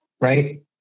right